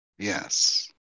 Yes